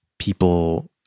people